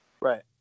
Right